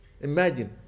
imagine